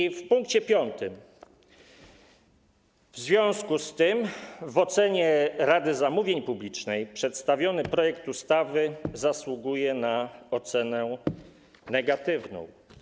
I w pkt 5: W związku z tym w ocenie Rady Zamówień Publicznych przedstawiony projekt ustawy zasługuje na ocenę negatywną.